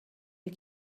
you